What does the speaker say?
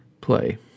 play